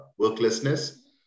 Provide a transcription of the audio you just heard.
worklessness